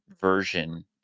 version